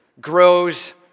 grows